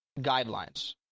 guidelines